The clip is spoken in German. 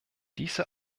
diese